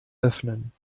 öffnen